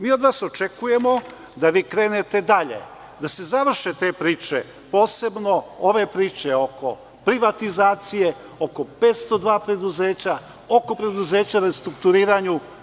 Mi od vas očekujemo da vi krenete dalje, da se završe te priče, posebno ove priče oko privatizacije, oko 502 preduzeća, oko preduzeća u restrukturiranju.